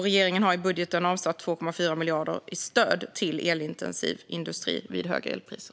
Regeringen har i budgeten avsatt 2,4 miljarder i stöd till elintensiv industri vid höga elpriser.